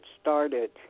started